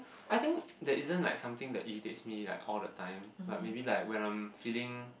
I think there isn't like something that irritates me like all the time like maybe like when I'm feeling